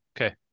Okay